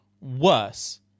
worse